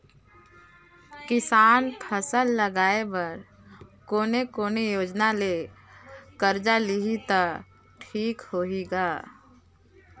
किसान फसल लगाय बर कोने कोने योजना ले कर्जा लिही त ठीक होही ग?